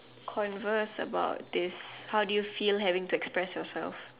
converse about this how do you feel having to express yourself